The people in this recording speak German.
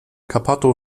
cappato